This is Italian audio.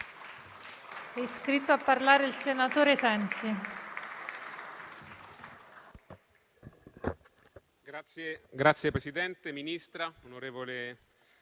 È iscritto a parlare il senatore Renzi.